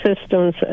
systems